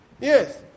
Yes